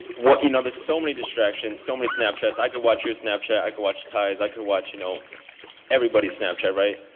you know there's so many distractions, so many snapchats, i could watch your snapchat, i could watch ty's, i could watch you know everybody's snapchat, right?